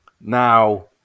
now